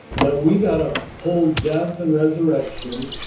that we've got to hold death and resurrection,